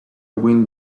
wind